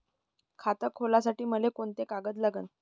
खात खोलासाठी मले कोंते कागद लागन?